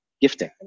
gifting